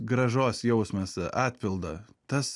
grąžos jausmas atpildo tas